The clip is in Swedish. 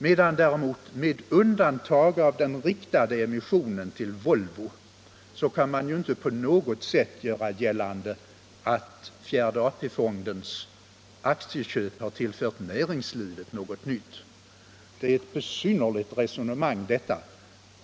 Men man kan inte göra gällande att fjärde AP-fondens aktieköp —- med undantag för den riktade emissionen till Volvo — har tillfört näringslivet något nytt. Hela det resonemanget är besynnerligt.